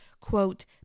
quote